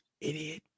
Idiot